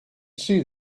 see